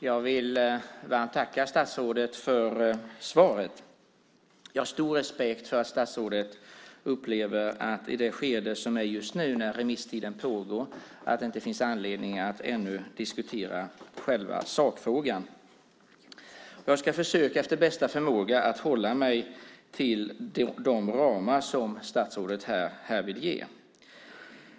Herr talman! Jag vill varmt tacka statsrådet för svaret. Jag har stor respekt för att statsrådet upplever att det i skedet just nu, under remisstiden, inte finns anledning att diskutera själva sakfrågan. Efter bästa förmåga ska jag försöka hålla mig till de ramar som statsrådet här ger.